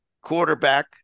quarterback